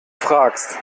fragst